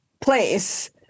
place